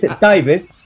David